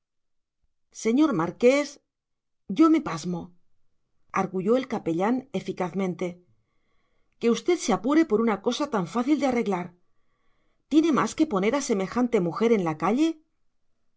señor marqués yo me pasmo arguyó el capellán eficazmente que usted se apure por una cosa tan fácil de arreglar tiene más que poner a semejante mujer en la calle